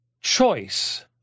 Choice